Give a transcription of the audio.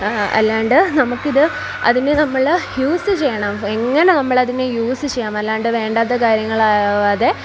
അല്ലാണ്ട് നമ്മൾക്ക് ഇത് അതിനെ നമ്മൾ യൂസ് ചെയ്യണം എങ്ങനെ നമ്മൾ അതിനെ യൂസ് ചെയ്യാം അല്ലാണ്ട് വേണ്ടാത്ത കാര്യങ്ങൾ ആവാതെ